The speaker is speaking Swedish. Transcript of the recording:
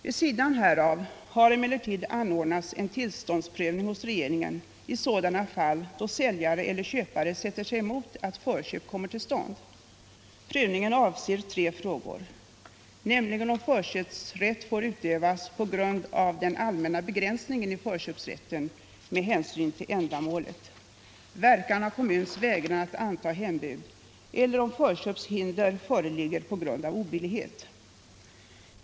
Vid sidan härav har emellertid anordnats en tillståndsprövning hos regeringen i sådana fall då säljare eller köpare sätter sig emot att förköp kommer till stånd. Prövningen avser tre frågor, nämligen om förköpsrätt får utövas på grund av den allmänna begränsningen i förköpsrätten med hänsyn till ändamålet, verkan av kommuns vägran att anta hembud och om förköpshinder föreligger på grund av obillighet.